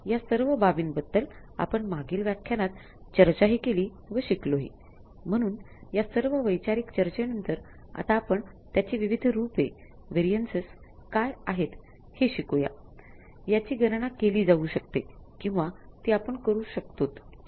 या सर्व बाबींबद्दल आपण मागील व्यख्यानात चर्चा हि केली व शिकलो हि